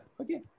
okay